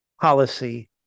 policy